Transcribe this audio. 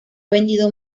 vendido